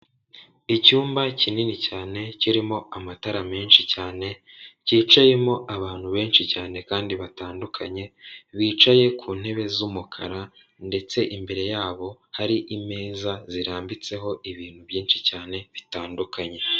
Icyumba kinini cyane kirimo amatara menshi cyane cyicayemo abantu benshi cyane kandi batandukanye, bicaye ku ntebe z'umukara ndetse imbere yabo hari imeza zirambitseho ibintu byinshi cyane bitandukanye.